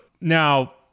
Now